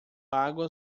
água